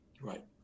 Right